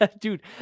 dude